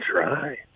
try